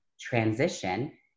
transition